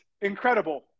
incredible